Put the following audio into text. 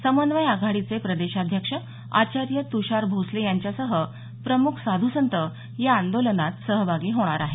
समन्वय आघाडीचे प्रदेशाध्यक्ष आचार्य तुषार भोसले यांच्यासह प्रमुख साध्संत या आंदोलनास सहभागी होणार आहेत